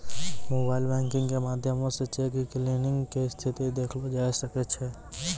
mobile banking के माध्यमो से चेक क्लियरिंग के स्थिति देखलो जाय सकै छै